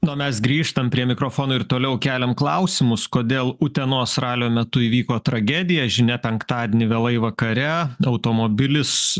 na o mes grįžtam prie mikrofono ir toliau keliam klausimus kodėl utenos ralio metu įvyko tragedija žinia penktadienį vėlai vakare automobilis